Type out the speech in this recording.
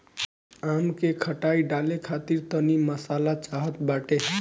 आम के खटाई डाले खातिर तनी मसाला चाहत बाटे